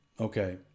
Okay